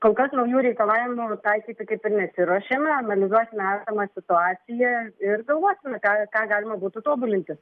kol kas naujų reikalavimų taikyti kaip ir nesiruošiame analizuosime esamą situaciją ir galvosime ką ką galima būtų tobulinti